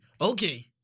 okay